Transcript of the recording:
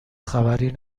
خبری